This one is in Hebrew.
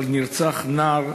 אבל נרצח נער